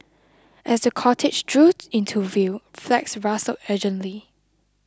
as the cortege drew into view flags rustled urgently